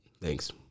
Thanks